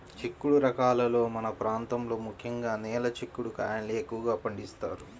చిక్కుడు రకాలలో మన ప్రాంతంలో ముఖ్యంగా నేల చిక్కుడు కాయల్ని ఎక్కువగా పండిస్తారు